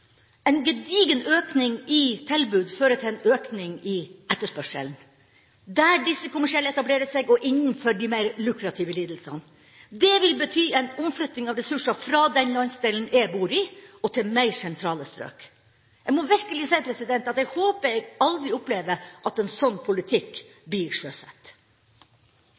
En gedigen økning i tilbud fører til en økning i etterspørselen der disse kommersielle etablerer seg, og innenfor de mer lukrative lidelsene. Det vil bety en omflytting av ressurser fra den landsdelen jeg bor i, og til mer sentrale strøk. Jeg må virkelig si at jeg håper jeg aldri opplever at en sånn politikk blir